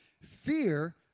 Fear